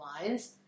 lines